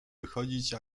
wychodzić